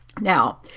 Now